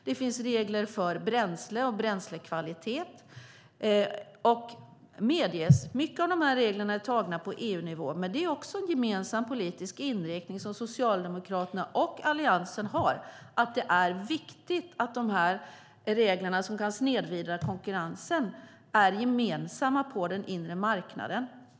Det finns regler för bränsle och bränslekvalitet. Det medges att många av dessa regler är antagna på EU-nivå, men det är en gemensam politisk inriktning som Socialdemokraterna och Alliansen har: Det är viktigt att de regler som kan snedvrida konkurrensen är gemensamma på den inre marknaden.